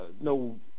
No